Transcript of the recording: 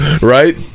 Right